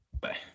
Bye